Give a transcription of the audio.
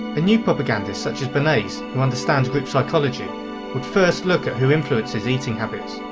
a new propagandist such as bernays who understands group psychology would first look at who influences eating habits.